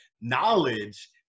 knowledge